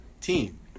team